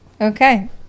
Okay